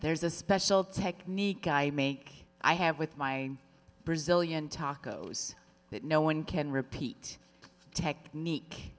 there's a special technique i make i have with my brazilian taco's that no one can repeat the technique